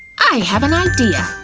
i have an idea.